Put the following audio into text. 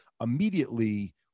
immediately